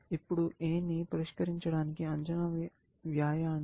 ఇప్పుడు A ని పరిష్కరించడానికి అంచనా వ్యయాన్ని సవరించుకుందాం